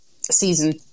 season